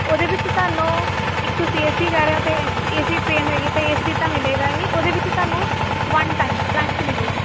ਉਹਦੇ ਵਿੱਚ ਤੁਹਾਨੂੰ ਇੱਕ ਤੁਸੀਂ ਏ ਸੀ ਕਹਿ ਰਹੇ ਹੋ ਅਤੇ ਏ ਏ ਸੀ ਟ੍ਰੇਨ ਹੋਏਗੀ ਤਾਂ ਏ ਸੀ ਤਾਂ ਮਿਲੇਗਾ ਹੀ ਉਹਦੇ ਵਿੱਚ ਤੁਹਾਨੂੰ ਵਨ ਟਾਈਮ ਲੰਚ ਮਿਲੇਗਾ